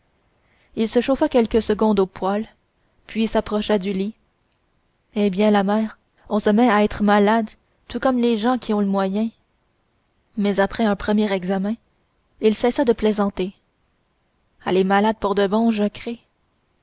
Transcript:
il se chauffa quelques secondes au poêle puis s'approcha du lit eh bien la mère on se met à être malade tout comme les gens qui ont le moyen mais après un premier examen il cessa de plaisanter elle est malade pour de bon je cré